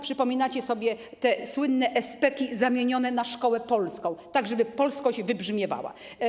Przypominacie sobie te słynne SPK-i zamienione na szkołę polską, tak żeby polskość wybrzmiewała.